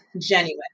genuine